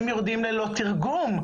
הם יורדים ללא תרגום,